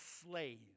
slave